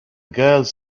girls